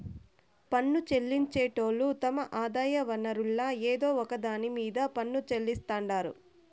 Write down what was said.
పన్ను చెల్లించేటోళ్లు తమ ఆదాయ వనరుల్ల ఏదో ఒక దాన్ని మీద పన్ను చెల్లిస్తాండారు